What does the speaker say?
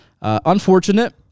Unfortunate